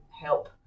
help